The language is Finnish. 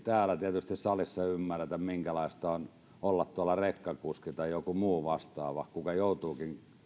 täällä salissa tietysti ymmärrä minkälaista on olla tuolla rekkakuski tai joku muu vastaava joka joutuu